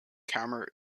khmer